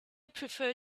prefer